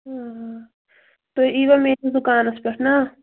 آ تُہۍ یٖوا میٲنِس دُکانَس پٮ۪ٹھ نا